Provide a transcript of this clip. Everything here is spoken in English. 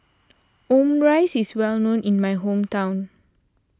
Omurice is well known in my hometown